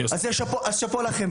שאפו לכם,